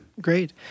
Great